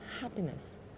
happiness